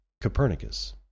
Copernicus